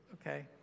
okay